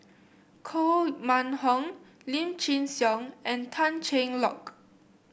Koh Mun Hong Lim Chin Siong and Tan Cheng Lock